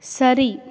சரி